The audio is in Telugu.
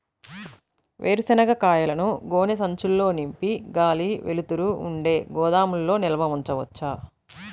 వేరుశనగ కాయలను గోనె సంచుల్లో నింపి గాలి, వెలుతురు ఉండే గోదాముల్లో నిల్వ ఉంచవచ్చా?